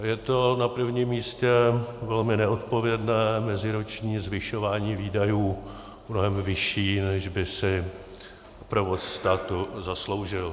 Je to na prvním místě velmi neodpovědné meziroční zvyšování výdajů, mnohem vyšší, než by si provoz státu zasloužil.